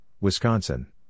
Wisconsin